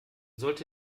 sollte